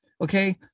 Okay